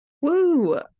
Woo